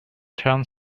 turn